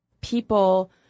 people